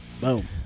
Boom